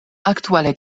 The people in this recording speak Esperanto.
aktuale